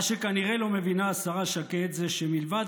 מה שכנראה לא מבינה השרה שקד זה שמלבד